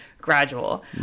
gradual